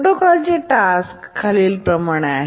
प्रोटोकॉलचे task खालीलप्रमाणे आहे